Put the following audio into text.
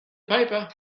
paper